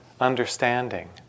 understanding